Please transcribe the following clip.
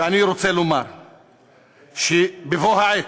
ואני רוצה לומר שבבוא העת,